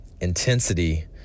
intensity